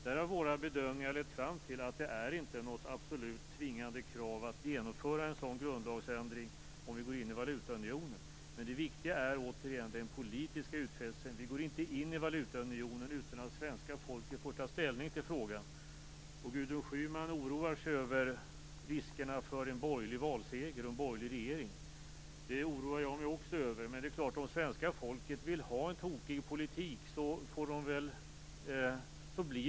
Där har våra bedömningar lett fram till att det inte är något absolut tvingande krav att genomföra en sådan grundlagsändring om vi går in i valutaunionen. Det viktiga är återigen den politiska utfästelsen. Vi går inte in i valutaunionen utan att svenska folket får ta ställning till frågan. Gudrun Schyman oroar sig över riskerna för en borgerlig valseger och en borgerlig regering. Det oroar också jag mig över. Men om svenska folket vill ha en tokig politik blir det så.